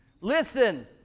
Listen